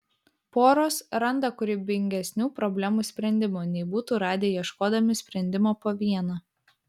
poros randa kūrybingesnių problemų sprendimų nei būtų radę ieškodami sprendimo po vieną